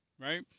right